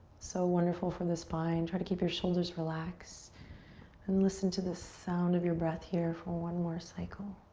so wonderful for the spine. try to keep your shoulders relaxed and listen to the sound of your breath here for one more cycle.